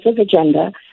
agenda